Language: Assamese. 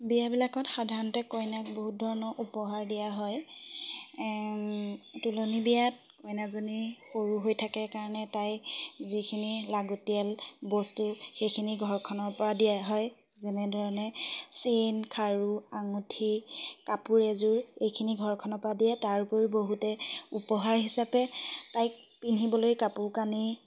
বিয়াবিলাকত সাধাৰণতে কইনাক বহু ধৰণৰ উপহাৰ দিয়া হয় তুলনী বিয়াত কইনাজনী সৰু হৈ থাকে কাৰণে তাইৰ যিখিনি লাগতিয়াল বস্তু সেইখিনি ঘৰখনৰ পৰা দিয়া হয় যেনেধৰণে চেইন খাৰু আঙুঠি কাপোৰ এযোৰ এইখিনি ঘৰখনৰপৰা দিয়ে তাৰোপৰি বহুতে উপহাৰ হিচাপে তাইক পিন্ধিবলৈ কাপোৰ কানি